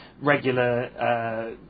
regular